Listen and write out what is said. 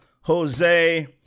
Jose